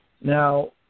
Now